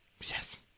Yes